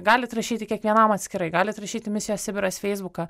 galit rašyti kiekvienam atskirai galit rašyt į misijos sibiras feisbuką